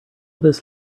this